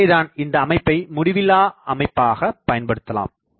எனவேதான் இந்த அமைப்பை முடிவில்லா அமைப்பாக பயன்படுத்தலாம்